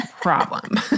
problem